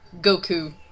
Goku